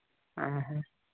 ᱦᱮᱸ ᱦᱮᱸ